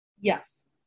Yes